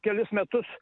kelis metus